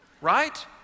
right